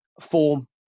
form